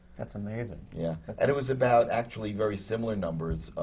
that's amazing. yeah. and it was about, actually very similar numbers